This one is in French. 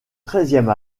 troisième